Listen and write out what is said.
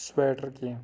sweater کینٛہہ